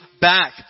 back